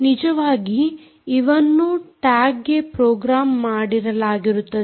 ನಿಜವಾಗಿ ಇವನ್ನೂ ಟ್ಯಾಗ್ ಗೆ ಪ್ರೋಗ್ರಾಮ್ ಮಾಡಲಾಗಿರುತ್ತದೆ